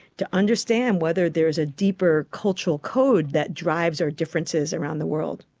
to understand whether there is a deeper cultural code that drives our differences around the world.